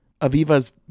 Aviva's